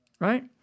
right